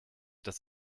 dass